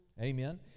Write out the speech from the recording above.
Amen